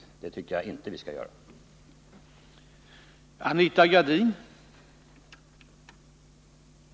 Det tycker jag inte att vi skall ha.